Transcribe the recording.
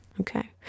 okay